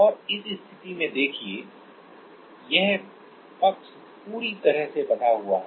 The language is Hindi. और इस स्थिति में देखिए यह पक्ष पूरी तरह से बंधा हुआ है